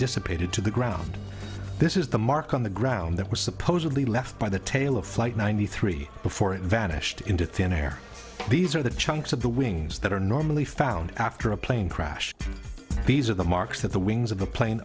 dissipated to the ground this is the mark on the ground that was supposedly left by the tail of flight ninety three before it vanished into thin air these are the chunks of the wings that are normally found after a plane crash these are the marks that the wings of the plane